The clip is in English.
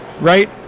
right